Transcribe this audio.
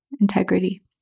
integrity